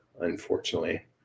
unfortunately